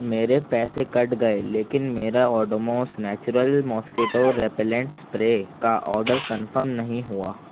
میرے پیسے کٹ گئے لیکن میرا Odomos natural mosquito repellent spray کا آڈر کنفم نہیں ہوا